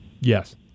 Yes